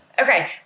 Okay